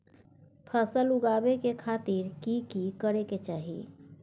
फसल उगाबै के खातिर की की करै के चाही?